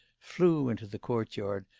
flew into the courtyard,